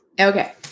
Okay